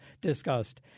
discussed